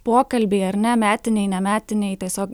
pokalbiai ar ne metiniai nemetiniai tiesiog